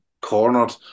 cornered